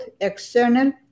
external